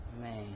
Man